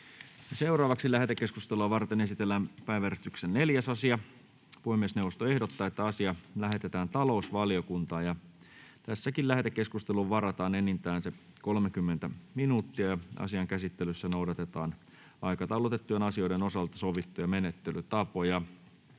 Content: Lähetekeskustelua varten esitellään päiväjärjestyksen 8. asia. Puhemiesneuvosto ehdottaa, että asia lähetetään lakivaliokuntaan. Lähetekeskusteluun varataan enintään 30 minuuttia. Asian käsittelyssä noudatetaan aikataulutettujen asioiden osalta sovittuja menettelytapoja.